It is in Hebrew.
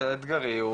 האתגרי,